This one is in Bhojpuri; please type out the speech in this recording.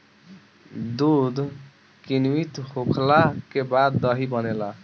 दूध किण्वित होखला के बाद दही बनेला